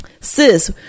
sis